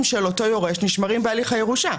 של אותו יורש נשמרים בהליך הירושה.